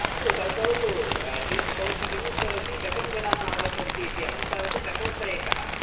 अस्तु तद् भवतु भवती किमुक्तवती शतं जनाः आगच्छन्तीति अहं तावत् शतोत्तरम् एकः